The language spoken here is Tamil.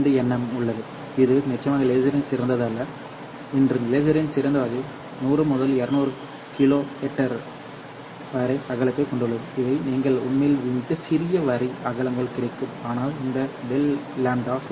2nm உள்ளதுஇது நிச்சயமாக லேசரின் சிறந்ததல்ல இன்று லேசரின் சிறந்த வகை 100 முதல் 200 கிலோஹெர்ட்ஸ் வரி அகலத்தைக் கொண்டுள்ளது இவை நீங்கள் உண்மையில் மிகச் சிறிய வரி அகலங்கள் கிடைக்கும் ஆனால் இந்த ∆ λ சுமார் 0